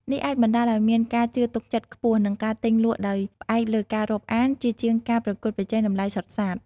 នេះអាចបណ្ដាលឱ្យមានការជឿទុកចិត្តខ្ពស់ និងការទិញលក់ដោយផ្អែកលើការរាប់អាន ជាជាងការប្រកួតប្រជែងតម្លៃសុទ្ធសាធ។